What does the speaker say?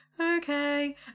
okay